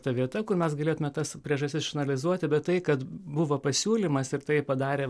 ta vieta kur mes galėtume tas priežastis išanalizuoti bet tai kad buvo pasiūlymas ir tai padarė